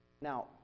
Now